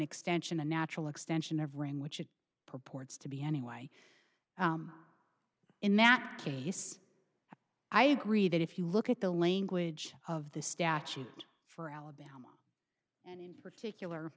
extension a natural extension of rain which it purports to be anyway in that case i agree that if you look at the language of the statute for alabama and in particular